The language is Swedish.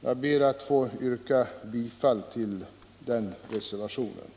Jag ber att få yrka bifall till reservationen.